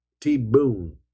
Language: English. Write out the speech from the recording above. T-Boone